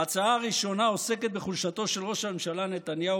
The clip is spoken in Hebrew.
ההצעה הראשונה עוסקת בחולשתו של ראש הממשלה נתניהו